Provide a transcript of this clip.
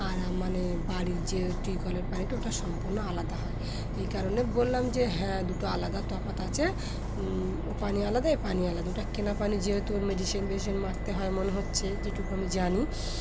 আর মানে বাড়ির যে টিউ কলের পানিটা ওটা সম্পূর্ণ আলাদা হয় এই কারণে বললাম যে হ্যাঁ দুটো আলাদা তফাৎ আছে ও পানি আলাদা এই পানি আলাদা ওটা কেনা পানি যেহেতু মেডিসিন ফেডিসিন মারতে হয় মনে হচ্ছে যেটুকু আমি জানি